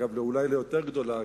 ואולי יותר גדולה,